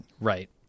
Right